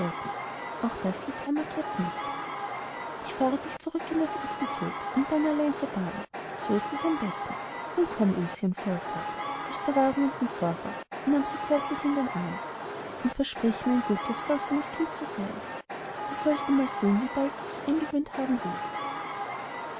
auch das litt herr macket nicht ich fahre dich zurück in das institut und dann allein zur bahn so ist es am besten nun komm ilschen fuhr er fort als der wagen unten vorfuhr und nahm sie zärtlich in den arm und versprich mir ein gutes folgsames kind zu sein du sollst einmal sehen wie bald du dich eingewöhnt haben wirst